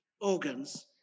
organs